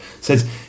says